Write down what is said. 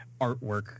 artwork